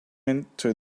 into